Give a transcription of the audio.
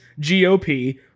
GOP